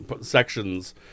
sections